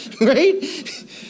right